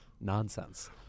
nonsense